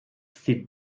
sit